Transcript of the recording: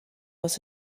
was